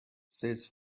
says